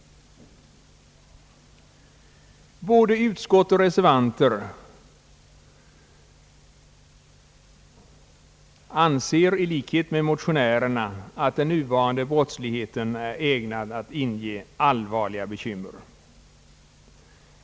Både utskottet och reservanterna anser i likhet med motionärerna att den nuvarande brottsligheten är ägnad att inge allvarliga bekymmer.